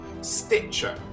Stitcher